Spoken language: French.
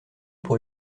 pour